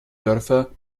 dörfer